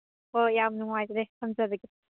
ꯍꯣꯏ ꯌꯥꯝ ꯅꯨꯡꯉꯥꯏꯖꯔꯦ ꯊꯝꯖꯔꯒꯦ